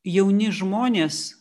jauni žmonės